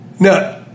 Now